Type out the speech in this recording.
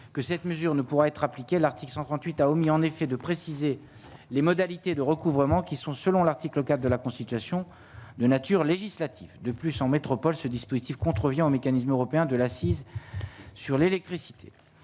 que cette mesure ne pourra être appliqué l'article 138 a omis, en effet, de préciser les modalités de recouvrement qui sont, selon l'article 4 de la Constitution, de nature législative, de plus en métropole, ce dispositif contrevient au mécanisme européen de l'la 6. Sur l'électricité